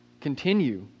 continue